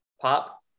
pop